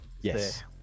yes